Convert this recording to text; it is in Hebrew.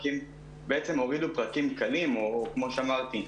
בעצם הורידו פרקים קלים או כמו שאמרתי,